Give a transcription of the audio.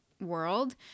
world